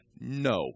No